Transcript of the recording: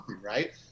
right